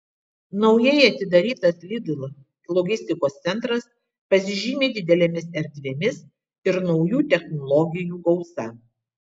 naujai atidarytas lidl logistikos centras pasižymi didelėmis erdvėmis ir naujų technologijų gausa